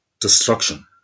destruction